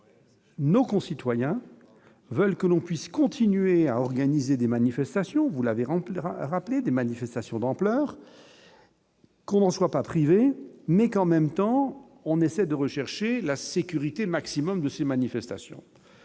nos concitoyens veulent que l'on puisse continuer à organiser des manifestations, vous l'avez remplir rappeler des manifestations d'ampleur. Conçoit pas privé mais qu'en même temps on essaie de rechercher la sécurité maximum de ces manifestations,